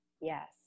Yes